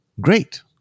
Great